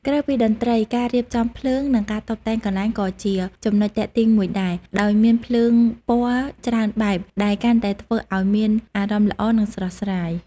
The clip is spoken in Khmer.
ក្រៅពីតន្ត្រី ការរៀបចំភ្លើង និងការតុបតែងកន្លែងក៏ជាចំណុចទាក់ទាញមួយដែរ ដោយមានភ្លើងពណ៌ច្រើនបែប ដែលកាន់តែធ្វើអោយមានអារម្មណ៏ល្អ និងស្រស់ស្រាយ។